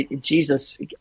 Jesus